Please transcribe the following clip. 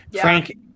Frank